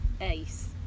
ace